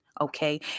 okay